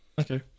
Okay